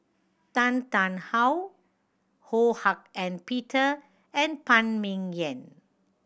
Tan Tarn How Ho Hak Ean Peter and Phan Ming Yen